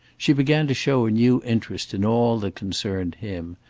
she began to show a new interest in all that concerned him,